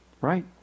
right